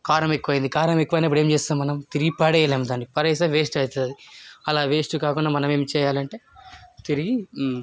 కారం ఎక్కువైంది కారం ఎక్కువైనప్పుడు ఏం చేస్తాం మనం తిరిగి పాడేయలేం దాన్ని పడేస్తే వేస్ట్ అవుతుంది అలా వేస్ట్ కాకుండా మనం ఏం చెయ్యాలి అంటే తిరిగి